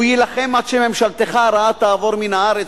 והוא יילחם עד שממשלתך הרעה תעבור מן הארץ,